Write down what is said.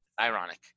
Ironic